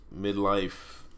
midlife